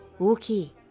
Okay